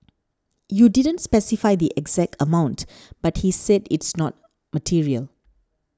you didn't specify the exact amount but he said it's not material